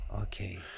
Okay